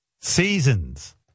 Seasons